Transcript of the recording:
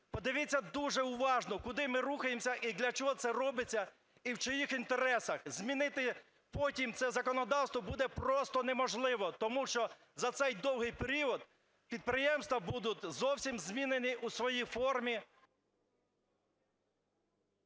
подивіться дуже уважно, куди ми рухаємося і для чого це робиться, і в чиїх інтересах. Змінити потім це законодавство буде просто неможливо, тому що за цей довгий період підприємства будуть зовсім змінені у своїй формі.